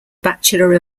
bachelor